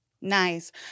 Nice